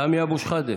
סמי אבו שחאדה,